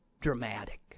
dramatic